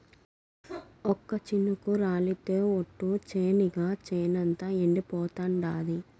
ఒక్క చినుకు రాలితె ఒట్టు, చెనిగ చేనంతా ఎండిపోతాండాది